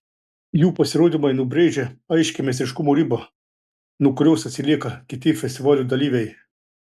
jų pasirodymai nubrėžia aiškią meistriškumo ribą nuo kurios atsilieka kiti festivalių dalyviai